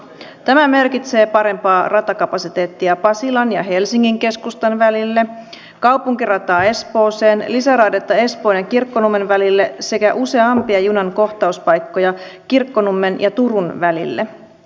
tämä merkitsee parempaa ratakapasiteettia pasilan ja helsingin keskustan välille kaupunkirataa espooseen lisäraidetta espoon ja kirkkonummen välille sekä useampia junan kohtauspaikkoja kirkkonummen ja turun välille